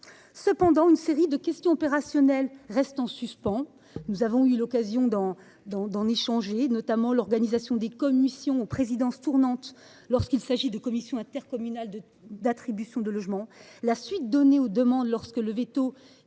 Cependant, une série de questions opérationnelles reste en suspens – nous en avons discuté –, notamment l’organisation des commissions aux présidences tournantes lorsqu’il s’agit de commissions intercommunales d’attribution de logements, ou la suite donnée aux demandes lorsque le maire